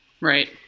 Right